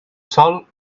sol